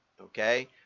okay